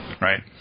Right